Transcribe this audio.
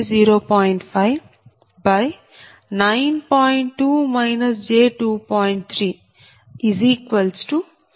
3 0